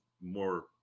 more